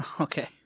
Okay